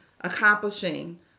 accomplishing